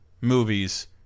movies